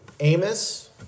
Amos